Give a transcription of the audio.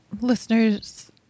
listeners